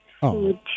food